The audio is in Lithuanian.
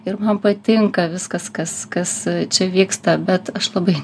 ir man patinka viskas kas kas čia vyksta bet aš labai